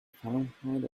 fahrenheit